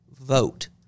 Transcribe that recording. vote